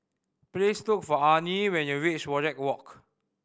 please look for Arnie when you reach Wajek Walk